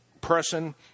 person